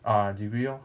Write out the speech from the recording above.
uh degree lor